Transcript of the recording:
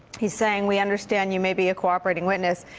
he's saying we understand you may be a cooperating witness.